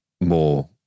more